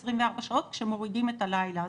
כשמורידים את הלילה,